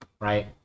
right